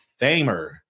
famer